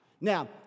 Now